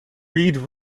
reed